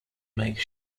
make